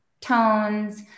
tones